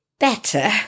Better